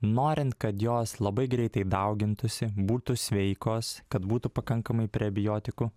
norint kad jos labai greitai daugintųsi būtų sveikos kad būtų pakankamai prebiotikų